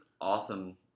awesome